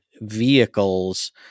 vehicles